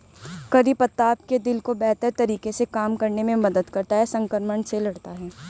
करी पत्ता आपके दिल को बेहतर तरीके से काम करने में मदद करता है, संक्रमण से लड़ता है